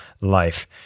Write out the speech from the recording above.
life